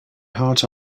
heart